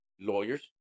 Lawyers